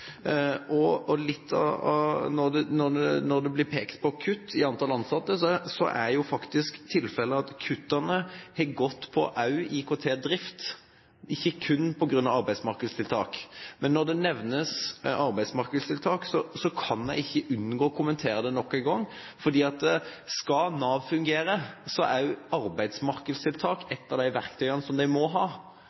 Når det blir pekt på kutt i antall ansatte, er jo faktisk tilfellet at kuttene også har gått på IKT-drift, ikke kun på arbeidsmarkedstiltak. Men når det nevnes arbeidsmarkedstiltak, kan jeg ikke unngå å kommentere det nok en gang: Skal Nav fungere, er jo arbeidsmarkedstiltak ett av de verktøyene de må ha.